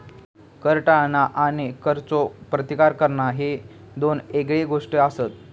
कर टाळणा आणि करचो प्रतिकार करणा ह्ये दोन येगळे गोष्टी आसत